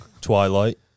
Twilight